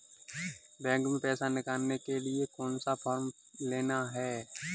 Bank में पैसा निकालने के लिए कौन सा फॉर्म लेना है?